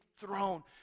throne